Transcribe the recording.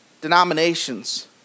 denominations